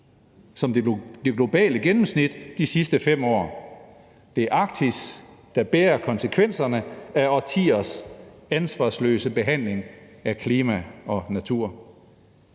som det globale gennemsnit de sidste 5 år. Det er Arktis, der bærer konsekvenserne af årtiers ansvarsløse behandling af klima og natur.